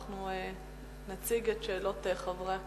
אנחנו נציג את שאלות חברי הכנסת.